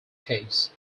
caves